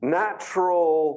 natural